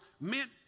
meant